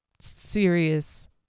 serious